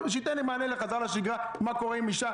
שייתן מענה לחזרה לשגרה מה קורה עם אישה